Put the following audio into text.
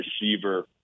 receiver